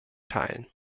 teilen